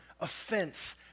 offense